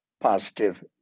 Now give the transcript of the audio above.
positive